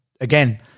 Again